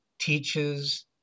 teaches